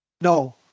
No